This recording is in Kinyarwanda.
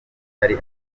atari